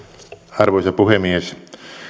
arvoisa puhemies